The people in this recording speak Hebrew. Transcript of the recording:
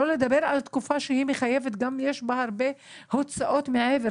שלא לדבר על כך שזו תקופה שיש בה הרבה הוצאות מעבר,